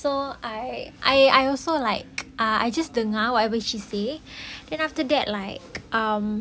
so I I I also like ah I just dengar whatever she say then after like um